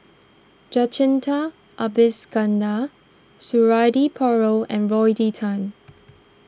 Jacintha Abisheganaden Suradi Parjo and Rodney Tan